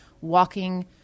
walking